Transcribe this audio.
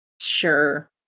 Sure